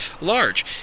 large